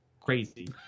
crazy